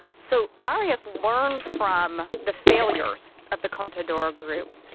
so arias learned from the failures of the contadora group,